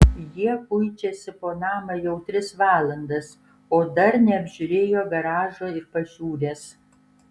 jie kuičiasi po namą jau tris valandas o dar neapžiūrėjo garažo ir pašiūrės